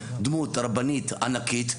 דמות רבנית ענקית,